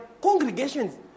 congregations